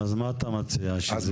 אז מה אתה מציע שזה יהיה?